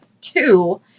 two